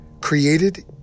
created